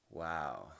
Wow